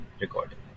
Recording